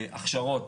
הכשרות,